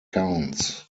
counts